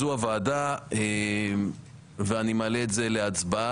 זאת הוועדה ואני מעלה את זה להצבעה.